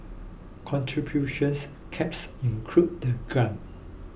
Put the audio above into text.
contributions caps include the grant